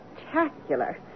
Spectacular